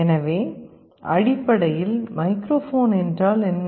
எனவே அடிப்படையில் மைக்ரோஃபோன் என்றால் என்ன